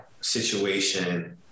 situation